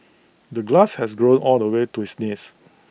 the grass had grown all the way to his knees